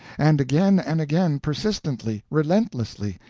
and again, and again, persistently, relentlessly,